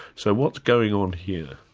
so what's going on here?